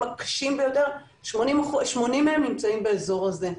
הקשים ביותר 80 מהם נמצאים באזור הזה.